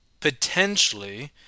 potentially